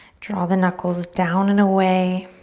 draw the knuckles down and away.